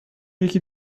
یکی